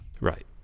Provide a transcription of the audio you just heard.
Right